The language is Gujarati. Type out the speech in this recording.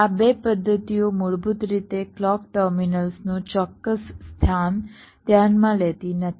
આ 2 પદ્ધતિઓ મૂળભૂત રીતે ક્લૉક ટર્મિનલ્સનું ચોક્કસ સ્થાન ધ્યાનમાં લેતી નથી